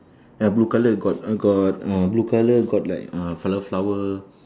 ya blue colour got uh got uh blue colour got like uh flower flower